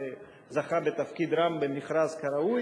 שזכה בתפקיד רם במכרז כראוי,